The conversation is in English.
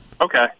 Okay